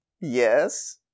Yes